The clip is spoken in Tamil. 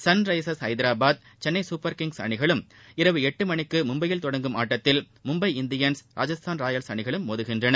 Sunrisers Hyderabad Chennai Super Kings அணிகளும் இரவு எட்டு மணிக்கு மும்பையில் தொடங்கும் ஆட்டத்தில் மும்பை இண்டியன்ஸ் ராஜஸ்தான் ராயல் அணிகளும் மோதுகின்றன